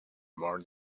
more